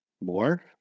more